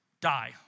die